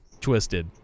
twisted